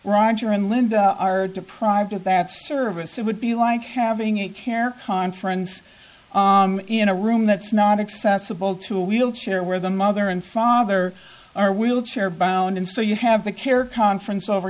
roger and linda are deprived of that service it would be like having a carer conference in a room that's not accessible to a wheelchair where the mother and father are wheelchair bound and so you have the care conference over